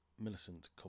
Millicent